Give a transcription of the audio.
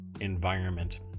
environment